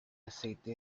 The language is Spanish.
aceite